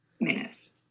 minutes